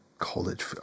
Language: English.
college